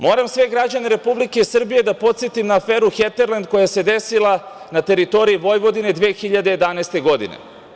Moram sve građane Republike Srbije da podsetim na aferu „Heterlend“ koja se desila na teritoriji Vojvodine 2011. godine.